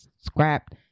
Scrapped